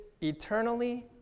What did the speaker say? eternally